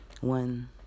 one